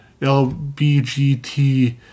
LBGT